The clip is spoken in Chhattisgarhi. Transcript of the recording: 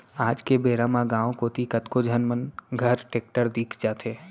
आज के बेरा म गॉंव कोती कतको झन मन घर टेक्टर दिख जाथे